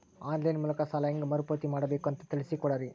On line ಮೂಲಕ ಸಾಲ ಹೇಂಗ ಮರುಪಾವತಿ ಮಾಡಬೇಕು ಅಂತ ತಿಳಿಸ ಕೊಡರಿ?